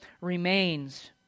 remains